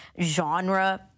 genre